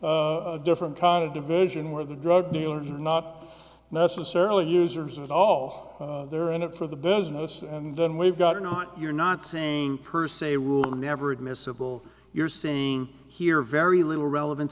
a different kind of diversion where the drug dealers are not necessarily users at all they're in it for the business and then we've got not you're not saying per se rule never admissible you're saying here very little relevan